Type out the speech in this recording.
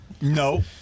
no